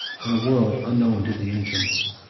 in a world unknown to the ancients.